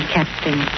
Captain